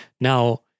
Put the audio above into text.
Now